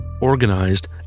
organized